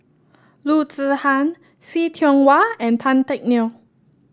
Loo Zihan See Tiong Wah and Tan Teck Neo